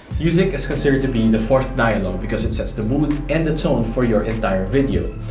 music is considered to be the fourth dialogue, because it sets the mood and the tone, for your entire video.